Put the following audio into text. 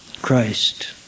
Christ